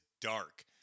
dark